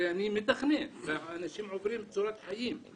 הרי אני מתכנן והאנשים עוברים צורת חיים.